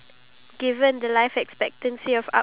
so you need to plan for your work